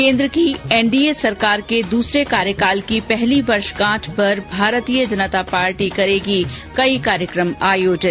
केन्द्र की एनडीए सरकार के दूसरे कार्यकाल की पहली वर्षगांठ पर भारतीय जनता पार्टी करेगी कई कार्यक्रम आयोजित